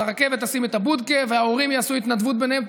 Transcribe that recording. אז הרכבת תשים את הבודקה וההורים יעשו התנדבות ביניהם,